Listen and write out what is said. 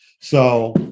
So-